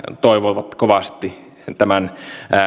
toivoivat kovasti tämän